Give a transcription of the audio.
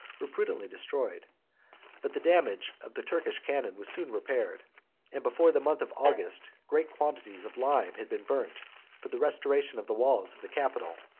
were prudently destroyed but the damage of the turkish cannon was soon repaired and before the month of august, great quantities of lime had been burnt for the restoration of the walls of the capital.